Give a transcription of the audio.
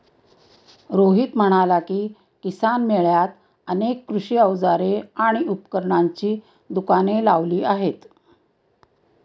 रोहित म्हणाला की, किसान मेळ्यात अनेक कृषी अवजारे आणि उपकरणांची दुकाने लावली आहेत